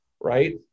right